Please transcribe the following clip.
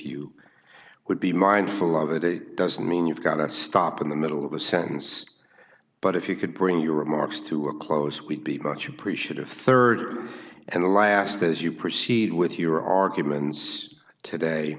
you would be mindful of it it doesn't mean you've got to stop in the middle of a sentence but if you could bring your remarks to a close we'd be much appreciative rd and the last as you proceed with your arguments today